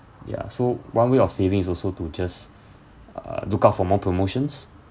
ya so one way of saving is also to just uh look out for more promotions